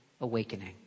awakening